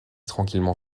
tranquillement